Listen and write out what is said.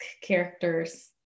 characters